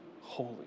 holy